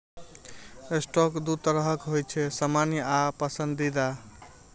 stock दू तरहक होइ छै, सामान्य आ पसंदीदा